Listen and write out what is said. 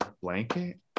blanket